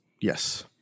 Yes